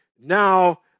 Now